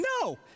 No